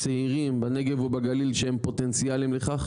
צעירים בנגב ובגליל שהם פוטנציאליים לכך,